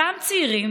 אותם צעירים